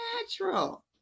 natural